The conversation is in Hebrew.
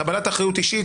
קבלת אחריות אישית,